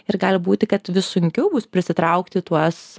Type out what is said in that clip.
ir gali būti kad vis sunkiau bus prisitraukti tuos